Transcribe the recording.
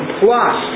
plus